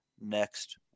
next